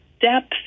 depth